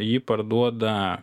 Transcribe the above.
jį parduoda